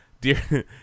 dear